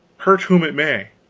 hurt whom it may.